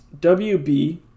WB